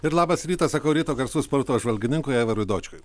ir labas rytas sakau ryto garsus sporto apžvalgininkui aivarui dočkui